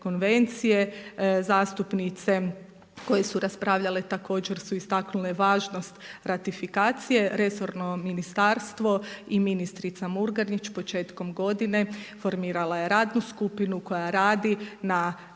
konvencije zastupnice koje su raspravljale također su istaknule važnost ratifikacije. Resorno ministarstvo i ministrica Murganić su početkom godine formirala je radnu skupinu koja radi na